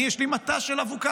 יש לי מטע של אבוקדו,